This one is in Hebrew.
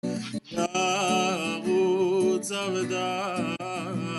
ערוץ ארדן